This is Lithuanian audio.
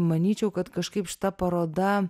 manyčiau kad kažkaip šita paroda